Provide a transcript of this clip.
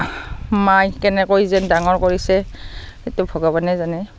মাই কেনেকৈ যেন ডাঙৰ কৰিছে সেইটো ভগৱানে জানে